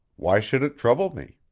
why should it trouble me?